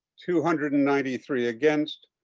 two hundred and ninety three against.